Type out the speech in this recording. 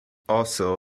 also